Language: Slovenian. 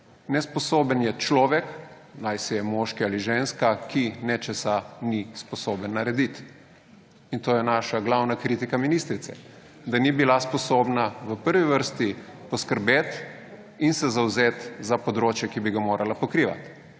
Nesposoben je človek, najsi je moški ali ženska, ki nečesa ni sposoben narediti. In to je naša glavna kritika ministrice, da ni bila sposobna v prvi vrsti poskrbeti in se zavzeti za področje, ki bi ga morala pokrivati,